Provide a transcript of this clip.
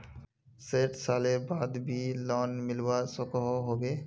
सैट सालेर बाद भी लोन मिलवा सकोहो होबे?